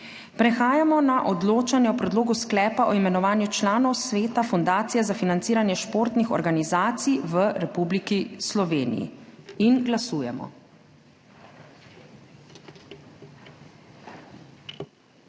Prehajamo na odločanje o Predlogu sklepa o imenovanju članov Sveta Fundacije za financiranje športnih organizacij v Republiki Sloveniji. Glasujemo.